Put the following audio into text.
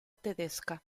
tedesca